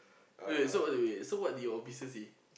wait so what wait wait so what did your officer say